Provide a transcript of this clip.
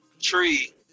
tree